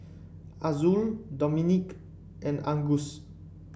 Azul Dominique and Angus